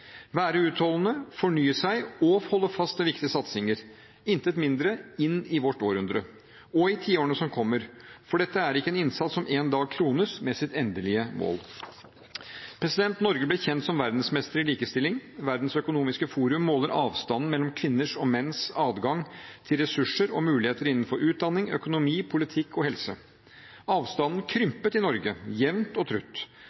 være utholdende, fornye seg og holde fast ved viktige satsinger – intet mindre – inn i vårt århundre og i tiårene som kommer, for dette er ikke en innsats som en dag krones med sitt endelige mål. Norge ble kjent som verdensmester i likestilling. Verdens økonomiske forum måler avstanden mellom kvinners og menns tilgang til ressurser og muligheter innenfor utdanning, økonomi, politikk og helse. Avstanden krympet i Norge – jevnt og trutt.